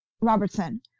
Robertson